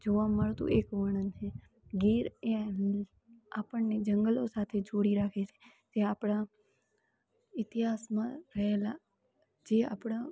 જોવા મળતું એક વર્ણન છે ગીર એ આપણને જંગલો સાથે જોડી રાખે છે એ આપણા ઇતિહાસમાં રહેલા જે આપણા